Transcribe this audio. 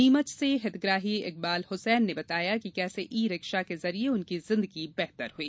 नीमच से हितग्राही इकबाल हुसैन ने बताया कि कैसे ई रिक्शा के जरिए उनकी जिंदगी बेहतर हई